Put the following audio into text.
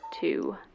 two